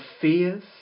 fears